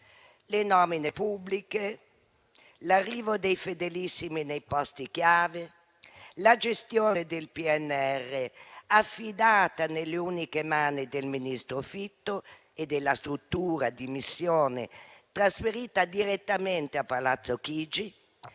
le nomine pubbliche, l'arrivo dei fedelissimi nei posti chiave, la gestione del PNRR affidata nelle uniche mani del ministro Fitto e della struttura di missione trasferita direttamente a Palazzo Chigi,